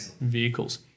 vehicles